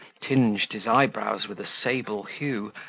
tinged his eye-brows with a sable hue,